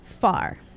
far